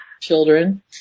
Children